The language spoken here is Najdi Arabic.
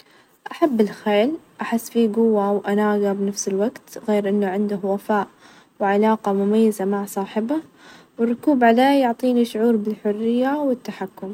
أبغى أزور سويسرا طبيعتها خرافية، الجبال ،والبحيرات ، والمناظر اللي تشوفها هناك كأنها من لوحة، غير كذا الهدوء اللي هناك مغري تحس إنه مكان مناسب للاسترخاء ،والهروب من ظغوطات الحياة.